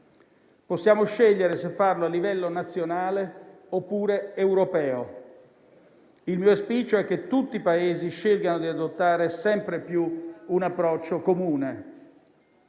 possiamo scegliere se farlo a livello nazionale oppure europeo. Il mio auspicio è che tutti i Paesi scelgono di adottare sempre più un approccio comune.